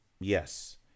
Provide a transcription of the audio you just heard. Yes